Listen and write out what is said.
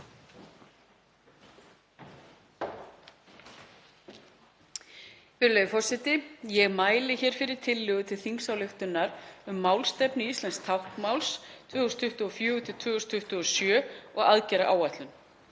Virðulegi forseti. Ég mæli hér fyrir tillögu til þingsályktunar um málstefnu íslensks táknmáls 2024–2027 og aðgerðaáætlun.